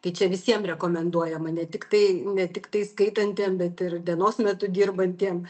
tai čia visiems rekomenduojama ne tiktai ne tiktai skaitantiem bet ir dienos metu dirbantiem